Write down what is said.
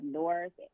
north